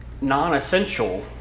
non-essential